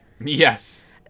Yes